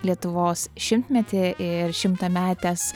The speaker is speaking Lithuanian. lietuvos šimtmetį ir šimtametes